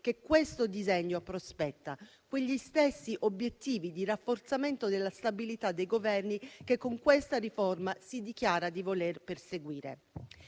che questo disegno prospetta, quegli stessi obiettivi di rafforzamento della stabilità dei Governi che con questa riforma si dichiara di voler perseguire.